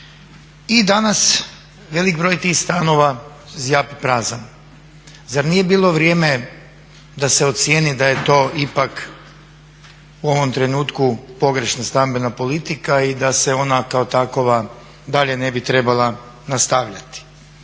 I danas velik broj tih stanova zjapi prazan. Zar nije bilo vrijeme da se ocijeni da je to ipak u ovom trenutku pogrešna stambena politika i da se ona kao takova dalje ne bi trebala nastavljati.